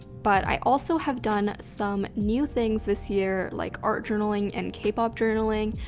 but i also have done some new things this year like art journaling and k-pop journaling,